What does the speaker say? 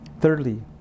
Thirdly